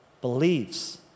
believes